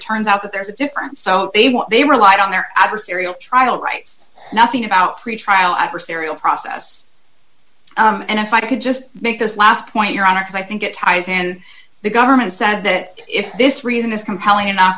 turns out that there's a difference so they relied on their adversarial trial rights nothing about pretrial adversarial process and if i could just make this last point your honor because i think it ties in the government said that if this reason is compelling enough